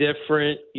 different